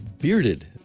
bearded